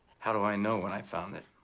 how do i know when i found it?